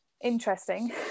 interesting